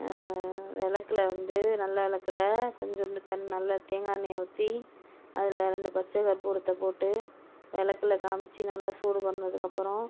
விளக்குல வந்து நல்ல விளக்குல கொஞ்சோண்டு தண்ணி நல்ல தேங்காய் எண்ணெயை ஊற்றி அதில் ரெண்டு பச்சை கற்பூரத்தை போட்டு விளக்குல காமிச்சு நல்ல சூடு பண்ணதுக்கப்புறம்